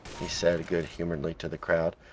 he said good-humouredly to the crowd.